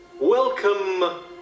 Welcome